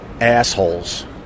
assholes